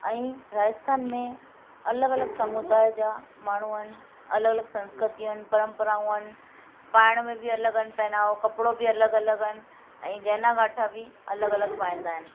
ऐं राजस्थान में अलॻि अलॻि समुदाय जा माण्हू आहिनि अलॻि अलॻि संस्कृतियूं आहिनि परंपराऊं आहिनि पाइण में बि अलॻि आहिनि पहनावो कपिड़ो बि अलॻि अलॻि आहिनि ऐं गहना गाठा बि अलॻि अलॻि पाईंदा आहिनि